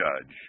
judge